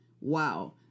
Wow